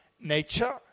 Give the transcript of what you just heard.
nature